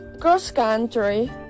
cross-country